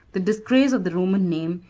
the disgrace of the roman name,